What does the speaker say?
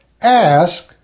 Ask